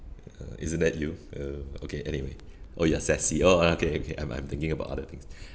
uh isn't that you uh okay anyway oh you are sassy oh ah okay okay never mind I'm thinking about other things